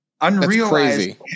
Unrealized